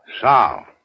Sal